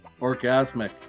Orgasmic